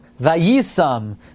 Vayisam